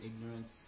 ignorance